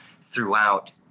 throughout